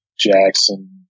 Jackson